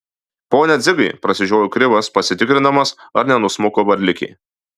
pone dzigai prasižiojo krivas pasitikrindamas ar nenusmuko varlikė